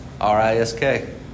R-I-S-K